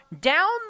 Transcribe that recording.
down